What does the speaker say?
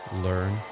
learn